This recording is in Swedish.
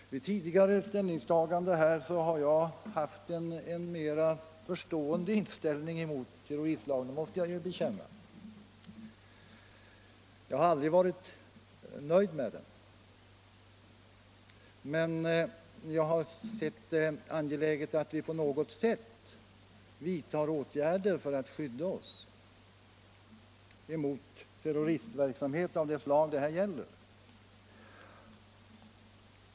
Vid tidigare ställningstagande har jag haft en mer förstående inställning till terroristlagen, det måste jag bekänna. 19 Jag har aldrig varit nöjd med den, men jag har sett det angeläget att vi på något sätt vidtar åtgärder för att skydda oss emot terroristverksamhet av det slag det här gäller.